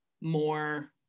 more